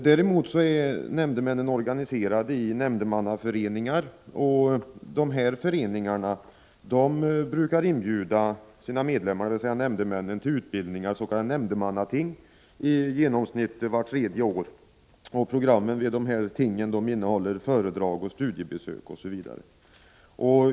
Däremot är nämndemännen organiserade i nämndemannaföreningar, som brukar inbjuda sina medlemmar, dvs. nämndemännen, till utbildning vid s.k. nämndemannating, i genomsnitt vart tredje år. Programmet vid tingen innehåller föredrag, studiebesök osv.